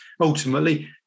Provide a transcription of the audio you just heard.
ultimately